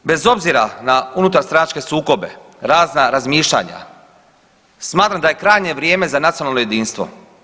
I stoga bez obzira na unutar stranačke sukobe, razna razmišljanja smatram da je krajnje vrijeme za nacionalno jedinstvo.